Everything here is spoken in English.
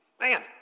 Man